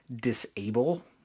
disable